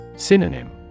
Synonym